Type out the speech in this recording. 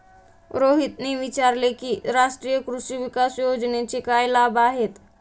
रोहितने विचारले की राष्ट्रीय कृषी विकास योजनेचे काय लाभ आहेत?